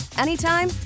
anytime